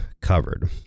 covered